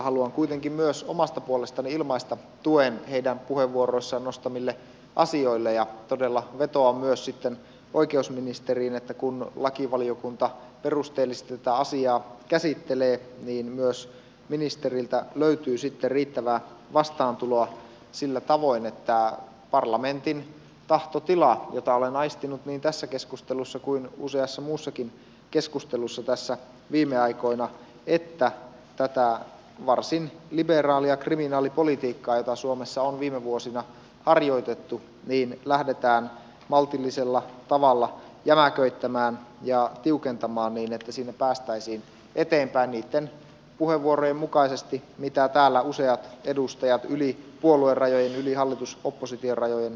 haluan kuitenkin myös omasta puolestani ilmaista tuen heidän puheenvuoroissaan nostamille asioille ja todella vetoan myös oikeusministeriin että kun lakivaliokunta perusteellisesti tätä asiaa käsittelee niin myös ministeriltä löytyy sitten riittävää vastaantuloa sillä tavoin että parlamentin tahtotila jota olen aistinut niin tässä keskustelussa kuin useassa muussakin keskustelussa tässä viime aikoina huomioon ottaen tätä varsin liberaalia kriminaalipolitiikkaa jota suomessa on viime vuosina harjoitettu lähdetään maltillisella tavalla jämäköittämään ja tiukentamaan niin että siinä päästäisiin eteenpäin niitten puheenvuorojen mukaisesti mitä täällä useat edustajat yli puoluerajojen yli hallitusoppositio rajojen ovat käyttäneet